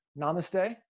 Namaste